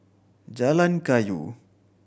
Jalan Kayu